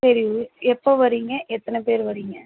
சரி எப்போது வர்றீங்க எத்தனை பேர் வர்றீங்க